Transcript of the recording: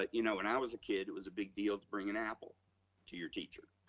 ah you know, when i was a kid, it was a big deal to bring an apple to your teacher,